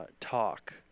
talk